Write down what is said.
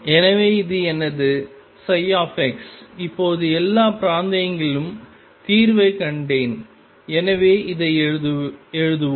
எனவே இது எனது ψ இப்போது எல்லா பிராந்தியங்களிலும் தீர்வைக் கண்டேன் எனவே இதை எழுதுவோம்